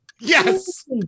yes